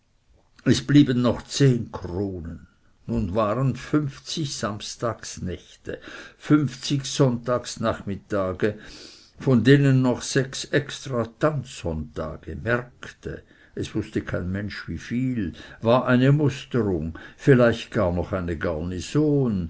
es blieben noch zehn kronen nun waren fünfzig samstagsnächte fünfzig sonntagsnachmittage von denen noch sechs extra tanzsonntage märkte es wußte kein mensch wieviel war eine musterung vielleicht gar noch eine garnison